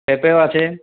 পেঁপেও আছে